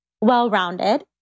well-rounded